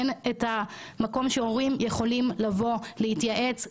אין את המקום שהורים יכולים לבוא להתייעץ,